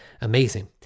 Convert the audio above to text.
Amazing